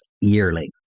yearly